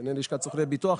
בעיני לשכת סוכני ביטוח,